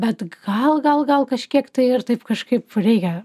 bet gal gal gal kažkiek tai ir taip kažkaip reikia